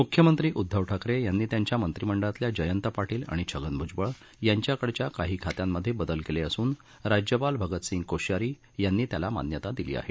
मुख्यमंत्री उद्वव ठाकरे यांनी त्यांच्या मंत्रिमंडळातील जयंत पाटील आणि छगन भुजबळ यांच्याकडील काही खात्यांमध्ये बदल केले असून राज्यपाल भगतसिंग कोश्यारी यांनी त्याला मान्यता दिली आहे